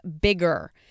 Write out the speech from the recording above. bigger